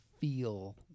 feel